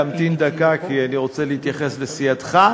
תמתין דקה כי אני רוצה להתייחס לסיעתך,